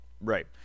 right